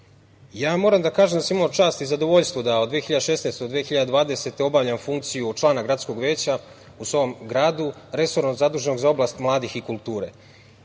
draži. Moram da kažem da sam imao čast i zadovoljstvo da od 2016. do 2020. godine obavljam funkciju člana Gradskog veća u svom gradu, resorno zaduženog za oblast mladih i kulture.